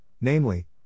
namely